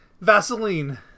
Vaseline